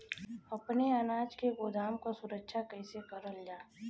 अपने अनाज के गोदाम क सुरक्षा कइसे करल जा?